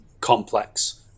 complex